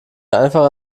einfach